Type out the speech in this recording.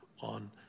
on